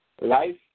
Life